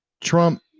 Trump